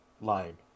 lying